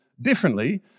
differently